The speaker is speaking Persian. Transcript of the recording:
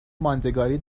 ماندگاری